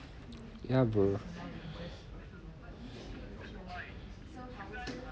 ya bro